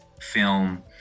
film